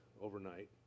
overnight